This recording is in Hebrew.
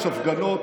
יש הפגנות.